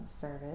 service